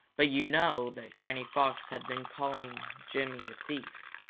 but you know that granny fox had been calling jimmy a thief.